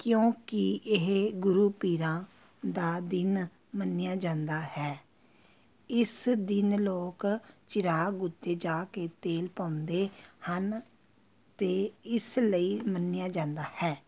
ਕਿਉਂਕਿ ਇਹ ਗੁਰੂ ਪੀਰਾਂ ਦਾ ਦਿਨ ਮੰਨਿਆ ਜਾਂਦਾ ਹੈ ਇਸ ਦਿਨ ਲੋਕ ਚਿਰਾਗ ਉੱਤੇ ਜਾ ਕੇ ਤੇਲ ਪਾਉਂਦੇ ਹਨ ਅਤੇ ਇਸ ਲਈ ਮੰਨਿਆ ਜਾਂਦਾ ਹੈ